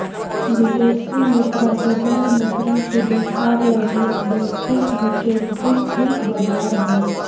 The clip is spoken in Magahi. विदेशी मुद्रा बाजार मुद्रा के व्यापार लगी एक वैश्विक विकेंद्रीकृत बाजार हइ